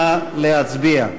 נא להצביע.